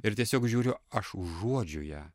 ir tiesiog žiūriu aš užuodžiu ją